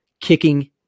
kicking